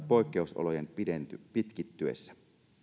poikkeusolojen pitkittyessä